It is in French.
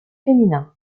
féminins